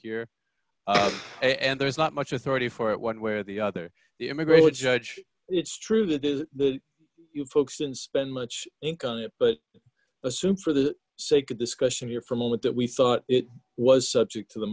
here and there's not much authority for it one way or the other the immigration judge it's true that is you folks didn't spend much ink on it but assume for the sake of discussion here for a moment that we thought it was subject to the